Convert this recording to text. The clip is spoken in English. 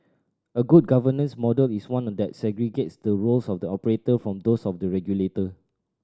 a good governance model is one that segregates the roles of the operator from those of the regulator